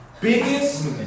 biggest